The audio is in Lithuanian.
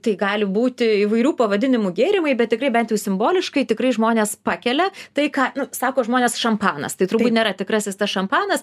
gali būti įvairių pavadinimų gėrimai bet tikrai bent jau simboliškai tikrai žmonės pakelia tai ką sako žmonės šampanas tai turbūt nėra tikrasis tas šampanas